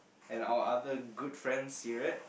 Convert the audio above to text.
and our other good friend Syriete